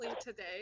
today